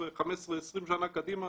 13, 15, 20 שנה קדימה